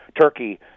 Turkey